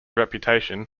reputation